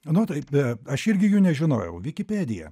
nu taip aš irgi jų nežinojau wikipedia